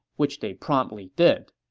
which they promptly did.